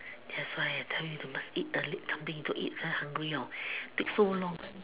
that's why I tell you to must eat a little bit don't eat very hungry hor take so long